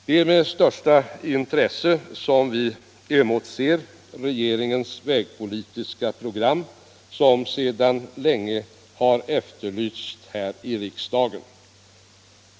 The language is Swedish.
Det är med största intresse som vi emotser regeringens vägpolitiska program, som länge har efterlysts av riksdagen.